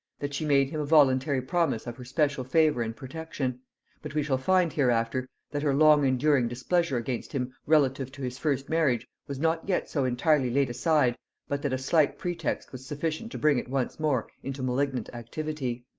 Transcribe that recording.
that she made him a voluntary promise of her special favor and protection but we shall find hereafter, that her long-enduring displeasure against him relative to his first marriage was not yet so entirely laid aside but that a slight pretext was sufficient to bring it once more into malignant activity.